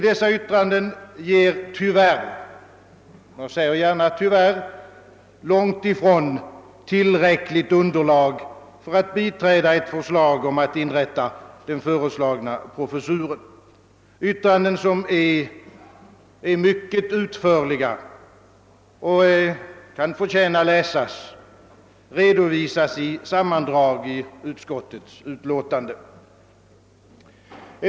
Dessa yttranden ger — tyvärr, säger jag gärna — långt ifrån tillräckligt underlag för att biträda ett förslag om att inrätta den föreslagna professuren. Yttrandena är mycket utförliga och förtjänar att läsas. De redovisas i sammandrag i utskottets utlåtande.